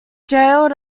jailed